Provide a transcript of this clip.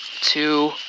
two